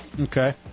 Okay